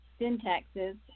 syntaxes